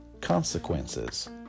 Consequences